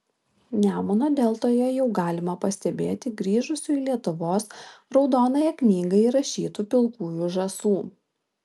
nemuno deltoje jau galima pastebėti grįžusių į lietuvos raudonąją knygą įrašytų pilkųjų žąsų